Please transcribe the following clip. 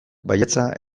baietza